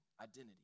identity